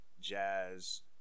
Jazz